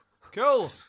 Cool